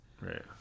right